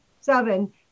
seven